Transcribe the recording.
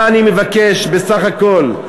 מה אני מבקש בסך הכול?